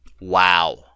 wow